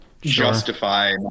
justify